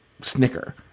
snicker